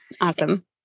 Awesome